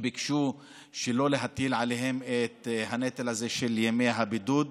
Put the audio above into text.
שביקשו שלא להטיל עליהם את הנטל הזה של ימי הבידוד.